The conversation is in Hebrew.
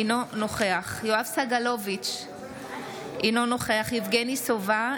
אינו נוכח יואב סגלוביץ' אינו נוכח יבגני סובה,